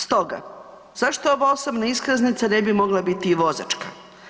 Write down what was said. Stoga zašto ova osobna iskaznica ne bi mogla biti i vozačka?